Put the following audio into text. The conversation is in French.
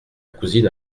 cousine